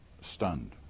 stunned